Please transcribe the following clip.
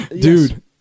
dude